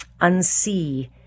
unsee